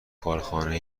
کارخانه